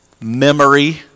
memory